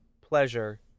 pleasure